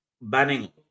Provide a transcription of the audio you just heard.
banning